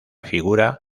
figura